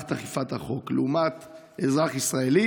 ממערכת אכיפת החוק, לעומת אזרחי ישראל,